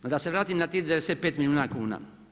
No da se vratim na tih 95 milijuna kuna.